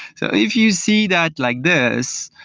so if you see that like this,